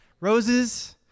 roses